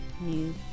new